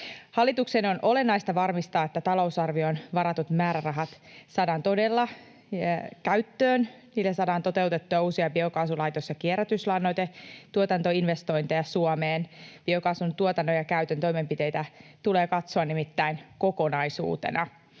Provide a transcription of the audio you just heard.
Hallituksen on olennaista varmistaa, että talousarvioon varatut määrärahat saadaan todella käyttöön, niin että saadaan toteutettua uusia biokaasulaitos- ja kierrätyslannoitetuotantoinvestointeja Suomeen. Biokaasun tuotannon ja käytön toimenpiteitä tulee katsoa nimittäin kokonaisuutena.